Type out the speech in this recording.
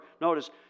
notice